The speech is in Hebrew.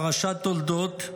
פרשת תולדות,